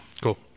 Cool